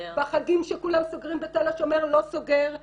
בחגים שכולם סוגרים ותל השומר לא סוגר לעולם.